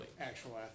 Actual